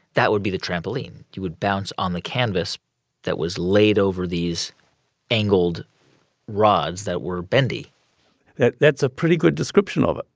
that would be the trampoline? you would bounce on the canvas that was laid over these angled rods that were bendy that's a pretty good description of it